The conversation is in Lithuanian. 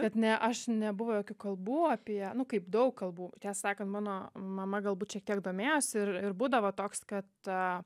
kad ne aš nebuvo jokių kalbų apie nu kaip daug kalbų tiesą sakant mano mama galbūt šiek tiek domėjosi ir ir būdavo toks kad